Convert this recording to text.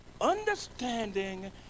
understanding